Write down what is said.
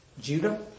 Judah